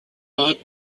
bought